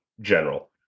general